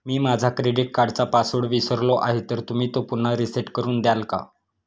मी माझा क्रेडिट कार्डचा पासवर्ड विसरलो आहे तर तुम्ही तो पुन्हा रीसेट करून द्याल का?